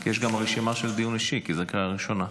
יש גם רשימה של דיון אישי, כי זה בקריאה הראשונה.